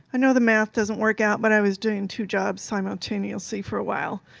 i know the math doesn't work out. but i was doing two jobs simultaneously for a while.